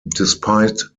despite